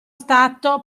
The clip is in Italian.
stato